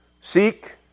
Seek